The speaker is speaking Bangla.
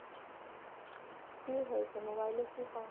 কী হয়েছে মোবাইলে কী সম